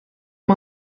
amb